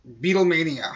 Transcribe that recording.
Beatlemania